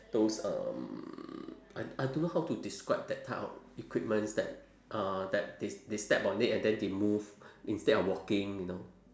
those um I I don't know how to describe that type of equipments that uh that they they step on it and then they move instead of walking you know